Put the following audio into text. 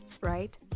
right